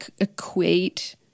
equate